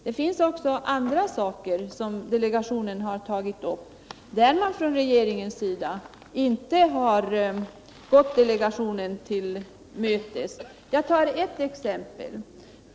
Det finns också andra saker som delegationen har tagit upp men där regeringen inte har gått delegationen till mötes. Jag skall ta ett exempel även på detta.